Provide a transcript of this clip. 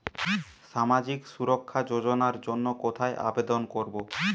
সামাজিক সুরক্ষা যোজনার জন্য কোথায় আবেদন করব?